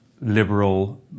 liberal